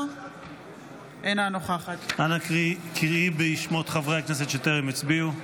אינה נוכחת אנא קראי בשמות חברי הכנסת שטרם הצביעו.